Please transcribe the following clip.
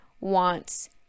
wants